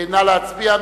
נא להצביע.